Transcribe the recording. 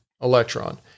electron